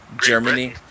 Germany